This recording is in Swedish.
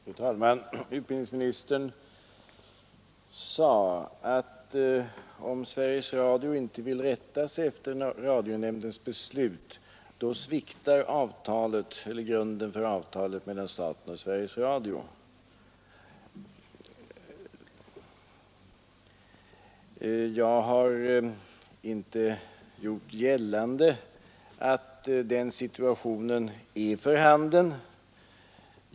Fru talman! Utbildningsministern sade: Om Sveriges Radio inte vill rätta sig efter radionämndens beslut, då sviktar grunden för avtalet mellan staten och Sveriges Radio. Jag har inte gjort gällande att den situationen är för handen.